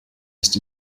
ist